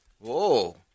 Whoa